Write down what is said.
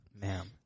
Ma'am